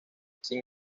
sin